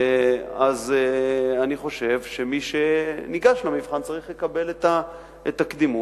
אז אני חושב שמי שניגש למבחן צריך לקבל את הקדימות,